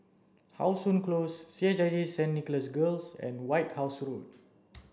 how Sun Close C H I J Saint Nicholas Girls and White House Road